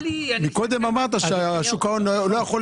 קודם אמרת שהממונה על שוק ההון לא רוצה